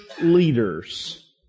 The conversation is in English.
leaders